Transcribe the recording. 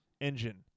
engine